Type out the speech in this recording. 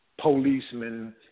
Policemen